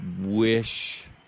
wish